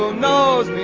knows